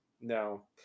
No